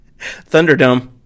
Thunderdome